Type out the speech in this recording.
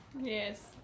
Yes